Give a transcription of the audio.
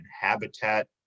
Habitat